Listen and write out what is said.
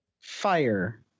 fire